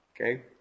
Okay